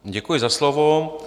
Děkuji za slovo.